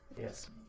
Yes